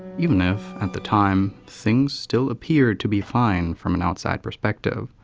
even if, at the time, things still appeared to be fine from an outside perspective.